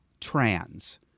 trans